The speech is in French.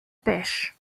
pêche